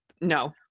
no